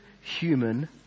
human